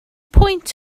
pwynt